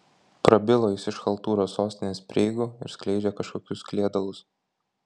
prabilo jis iš chaltūros sostinės prieigų ir skleidžia kažkokius kliedalus